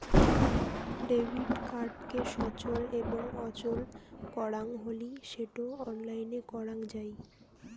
debit কার্ডকে সচল এবং অচল করাং হলি সেটো অনলাইনে করাং যাই